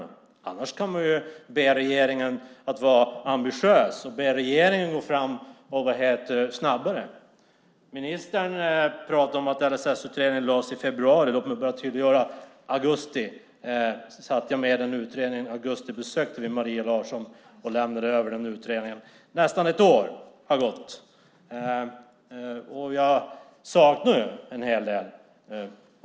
Annars kan man ju be regeringen att vara ambitiös och gå fram snabbare. Ministern pratade om att LSS-utredningen lades fram i februari. Låt mig bara tydliggöra att i augusti satt jag med i den utredningen och i augusti besökte vi Maria Larsson och lämnade över utredningen. Nästan ett år har gått, och jag saknar en hel del.